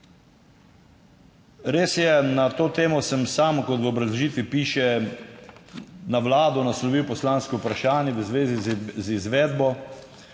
Res je, na to temo sem sam, kot v obrazložitvi piše, na Vlado naslovil poslansko vprašanje v zvezi z izvedbo,